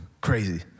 crazy